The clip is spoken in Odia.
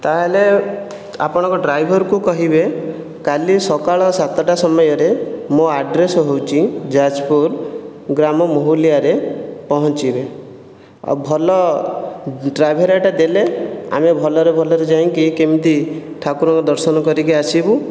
ତା'ହେଲେ ଆପଣଙ୍କ ଡ୍ରାଇଭର୍କୁ କହିବେ କାଲି ସକାଳ ସାତଟା ସମୟରେ ମୋ' ଆଡ୍ରେସ୍ ହେଉଛି ଯାଜପୁର ଗ୍ରାମ ମହୁଲିଆରେ ପହଞ୍ଚିବେ ଆଉ ଭଲ ଟ୍ରାଭେରାଟା ଦେଲେ ଆମେ ଭଲରେ ଭଲରେ ଯାଇଁକି କେମିତି ଠାକୁରଙ୍କ ଦର୍ଶନ କରିକି ଆସିବୁ